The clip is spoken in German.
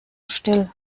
still